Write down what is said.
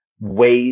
ways